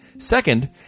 Second